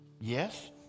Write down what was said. Yes